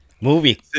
movie